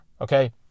Okay